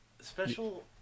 Special